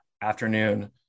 afternoon